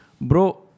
bro